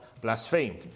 blasphemed